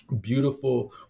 beautiful